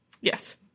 Yes